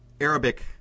Arabic